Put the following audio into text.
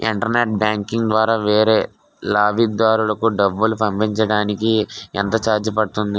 Internet banking ద్వారా వేరే లబ్ధిదారులకు డబ్బులు పంపించటానికి ఎంత ఛార్జ్ పడుతుంది?